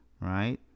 right